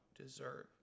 deserve